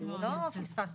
לא מקובל.